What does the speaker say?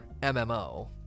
mmo